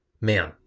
man